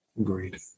agreed